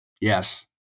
yes